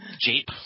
jeep